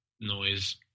noise